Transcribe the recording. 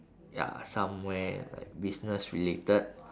ya somewhere like business related